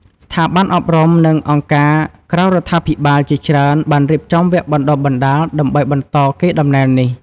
ស្ថាប័នអប់រំ និងអង្គការក្រៅរដ្ឋាភិបាលជាច្រើនបានរៀបចំវគ្គបណ្តុះបណ្តាលដើម្បីបន្តកេរដំណែលនេះ។